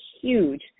huge